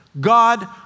God